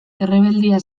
errebeldia